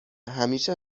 همیشه